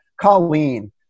Colleen